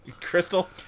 Crystal